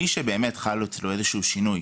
מי שבאמת חל אצלו איזשהו שינוי,